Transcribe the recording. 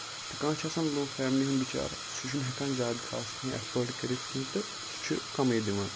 تہٕ کانٛہہ چھُ آسان لو فیملی ہُند بِچارٕ سُہ چھُنہٕ ہیٚکان زیادٕ خاص کینٛہہ ایٚفٲڑ کٔرِتھ کیٚنہہ تہٕ سُہ چھُ کَمٕے دِوان